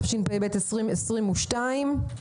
התשפ"ב-2022.